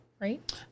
right